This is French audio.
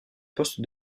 poste